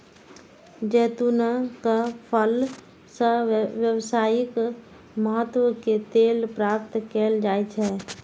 जैतूनक फल सं व्यावसायिक महत्व के तेल प्राप्त कैल जाइ छै